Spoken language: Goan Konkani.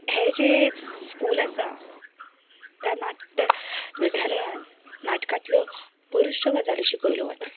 हें जें स्कूल आसा त्या नाट्य विद्यालयांत नाटकांतल्यो बऱ्योचश्यो गजाली शिकयल्ल्यो वतात